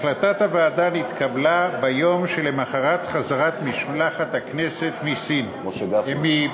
החלטת הוועדה נתקבלה ביום שלמחרת חזרת משלחת הכנסת מפולין.